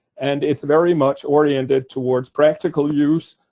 and it's very much oriented towards practical use,